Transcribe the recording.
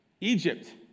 Egypt